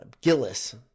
Gillis